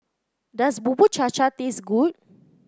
does Bubur Cha Cha taste good